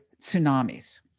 tsunamis